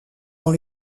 dans